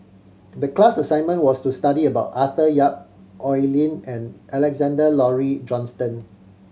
the class assignment was to study about Arthur Yap Oi Lin and Alexander Laurie Johnston